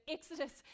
Exodus